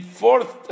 fourth